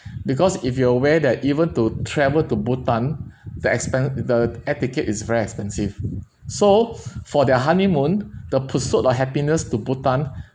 because if you are aware that even to travel to bhutan the expen ~the air ticket is very expensive so for their honeymoon the pursuit of happiness to bhutan